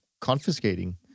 confiscating